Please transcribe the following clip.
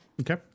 okay